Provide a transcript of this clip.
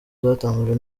zatanzwe